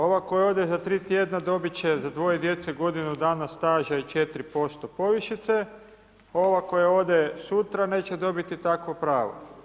Ova koja ode za 3 tjedna dobit će za dvoje djece godinu dana staža i 4% povišice, ova koja ode sutra, neće dobiti takvo pravo.